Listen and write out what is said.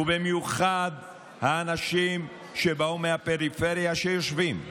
ובמיוחד האנשים שבאו מהפריפריה, שיושבים: